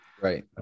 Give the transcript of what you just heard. Right